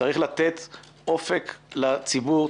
צריך לתת אופק לציבור,